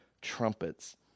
trumpets